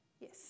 yes